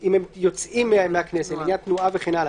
אם הם יוצאים מהכנסת, בעניין תנועה וכן הלאה.